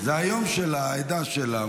זה היום של העדה שלה.